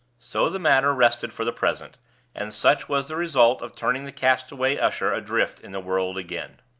so the matter rested for the present and such was the result of turning the castaway usher adrift in the world again.